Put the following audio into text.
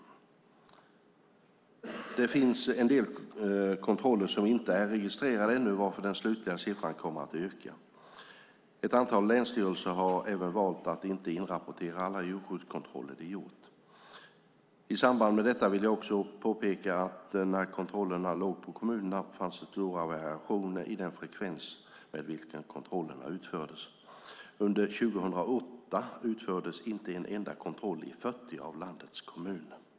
Det finns en del kontroller som inte är registrerade ännu varför den slutliga siffran kommer att öka. Ett antal länsstyrelser har även valt att inte inrapportera alla djurskyddskontroller de gjort. I samband med detta vill jag också påpeka att när kontrollerna låg på kommunerna fanns det stora variationer i den frekvens med vilken kontrollerna utfördes. Under 2008 utfördes inte en enda kontroll i 40 av landets kommuner.